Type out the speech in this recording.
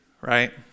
Right